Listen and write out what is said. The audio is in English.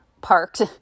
parked